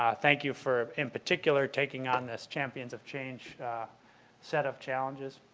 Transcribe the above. ah thank you for, in particular, taking on this champions of change set of challenges,